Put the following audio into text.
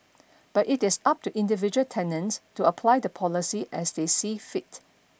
but it is up to individual tenants to apply the policy as they see fit